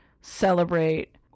celebrate